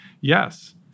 yes